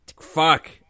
Fuck